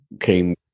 came